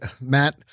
Matt